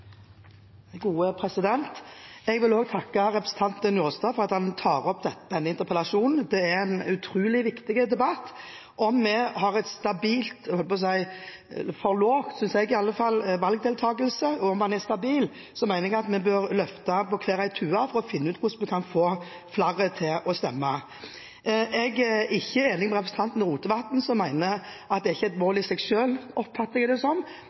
Jeg vil også takke representanten Njåstad for at han tar opp denne interpellasjon. Det er en utrolig viktig debatt. Om vi har for lav – det synes jeg, iallfall – valgdeltakelse, og om den er stabil, så mener jeg at vi bør løfte på hver tue for å finne ut hvordan vi kan få flere til å stemme. Jeg er ikke enig med representanten Rotevatn som mener at det ikke er et mål i seg selv, slik jeg oppfatter det, at folk skal gå til stemmeurnene. Som